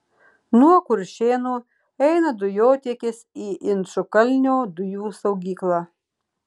nuo kuršėnų eina dujotiekis į inčukalnio dujų saugyklą